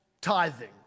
tithing